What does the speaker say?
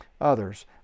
others